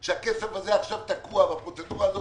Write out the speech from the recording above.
אבל הכסף הזה עכשיו תקוע והפרוצדורה הזאת